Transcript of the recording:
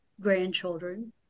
grandchildren